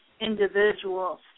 individuals